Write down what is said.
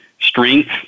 strength